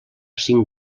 cinc